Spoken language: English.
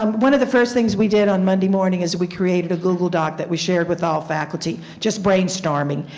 um one of the first things we did on monday morning is we created a google doc that we shared with all faculty just brainstorming.